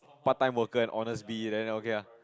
part time worker and Honestbee then okay lah